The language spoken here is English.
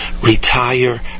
retire